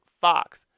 Fox